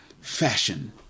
fashion